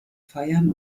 feiern